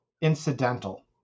incidental